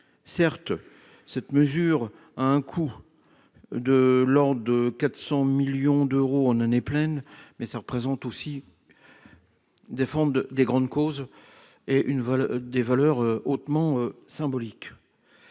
Certes, cette mesure a un coût, de l'ordre de 400 millions d'euros en année pleine. Mais il s'agit de défendre une grande cause, des valeurs hautement symboliques.